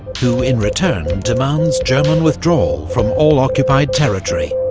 who, in return, demands german withdrawal from all occupied territory,